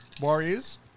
Warriors